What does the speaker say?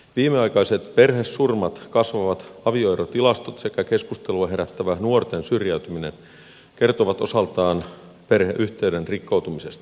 viimeaikaiset perhesurmat kasvavat avioerotilastot sekä keskustelua herättävä nuorten syrjäytyminen kertovat osaltaan perheyhteyden rikkoutumisesta